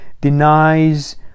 denies